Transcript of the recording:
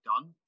done